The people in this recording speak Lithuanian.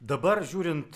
dabar žiūrint